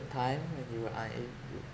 time when you are